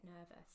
nervous